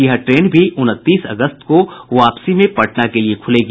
यह ट्रेन भी उनतीस अगस्त को वापसी में पटना के लिये खुलेगी